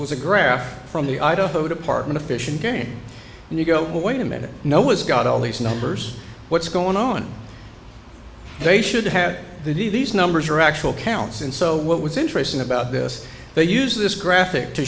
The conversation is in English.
was a graph from the idaho department of fish and game and you go wait a minute no was got all these numbers what's going on they should have these numbers are actual counts and so what was interesting about this they use this graphic to